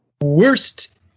Worst